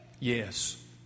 Yes